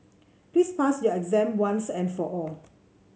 please pass your exam once and for all